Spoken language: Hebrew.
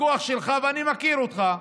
שבכוח שלך, ואני מכיר אותך,